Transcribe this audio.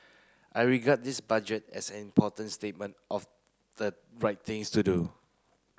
I regard this Budget as an important statement of the right things to do